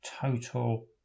total